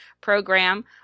program